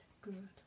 good